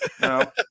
No